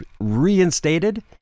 reinstated